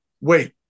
wait